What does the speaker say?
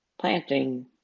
planting